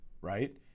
right